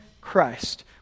Christ